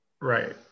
right